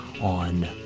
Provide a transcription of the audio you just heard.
on